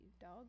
dog